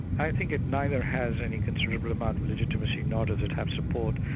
i think it neither has any considerable amount legitimacy, nor does it have support.